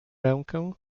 rękę